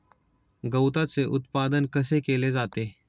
गवताचे उत्पादन कसे केले जाते?